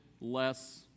less